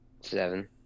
Seven